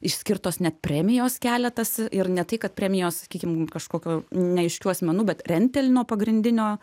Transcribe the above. išskirtos net premijos keletas ir ne tai kad premijos sakykim kažkokio neaiškių asmenų bet rentelno pagrindinio